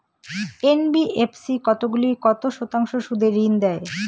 NBFC কতগুলি কত শতাংশ সুদে ঋন দেয়?